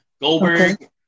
Goldberg